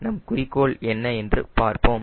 நம் குறிக்கோள் என்ன என்று பார்ப்போம்